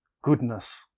Goodness